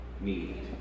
need